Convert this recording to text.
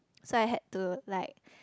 so I had to like